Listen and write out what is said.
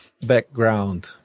background